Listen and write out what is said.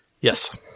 Yes